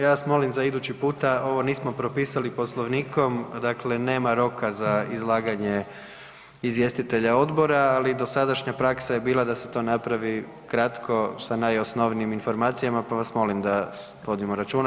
Ja vas molim za idući puta, ovo nismo propisali Poslovnikom, dakle nema roka za izlaganje izvjestitelja odbora, ali dosadašnja praksa je bila da se to napravi kratko sa najosnovnijim informacijama, pa vas molim da vodimo računa.